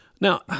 Now